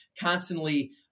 constantly